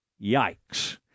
yikes